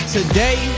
Today